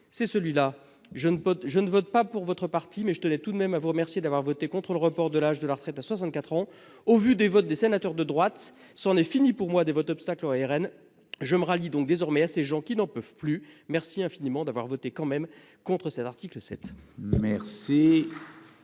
suivant :« Je ne vote pas pour votre parti, mais je tenais tout de même à vous remercier d'avoir voté contre le report de l'âge de la retraite à 64 ans. Au vu des votes des sénateurs de droite, c'en est fini pour moi des votes obstacle au RN. Je me rallie donc désormais à ces gens qui n'en peuvent plus. Merci infiniment quand même d'avoir voté contre cet article 7.